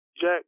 Jack